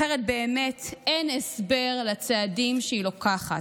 אחרת באמת אין הסבר לצעדים שהיא לוקחת,